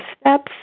steps